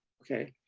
okay?